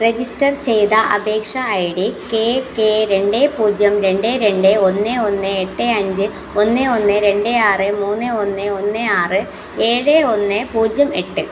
register ചെയ്ത അപേക്ഷ I D K K രണ്ട് പൂജ്യം രണ്ട് രണ്ട് ഒന്ന് ഒന്ന് എട്ട് അഞ്ച് ഒന്ന് ഒന്ന് രണ്ട് ആറ് മൂന്ന് ഒന്ന് ഒന്ന് ആറ് ഏഴ് ഒന്ന് പൂജ്യം എട്ട്